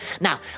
Now